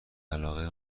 علاقه